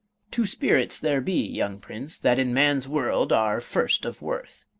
two spirits there be, young prince, that in man's world are first of worth.